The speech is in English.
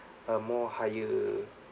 a more higher